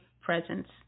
presence